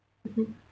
mmhmm